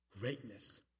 greatness